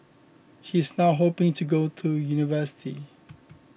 he is now hoping to go to university